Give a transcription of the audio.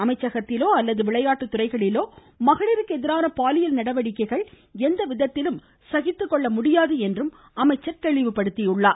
அமைச்சகத்திலோ அல்லது விளையாட்டு துறைகளிலோ மகளிருக்கு எதிரான பாலியல் நடவடிக்கைகள் எந்த விதத்திலும் சகித்துக் கொள்ள முடியாது என்றும் அமைச்சர் எடுத்துரைத்தார்